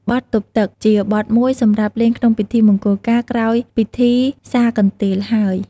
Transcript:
បទទប់ទឹក ជាបទមួយសម្រាប់លេងក្នុងពិធីមង្គលការ ក្រោយពិធីសាកន្ទេលហើយ។